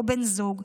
או בן זוג,